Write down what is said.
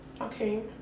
Okay